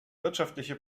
wirtschaftliche